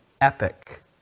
epic